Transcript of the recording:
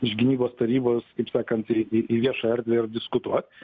iš gynybos tarybos kaip sakant į į viešą erdvę ir diskutuot